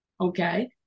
Okay